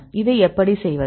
இதை எப்படி செய்வது